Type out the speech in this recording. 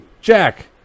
Jack